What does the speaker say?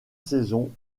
saison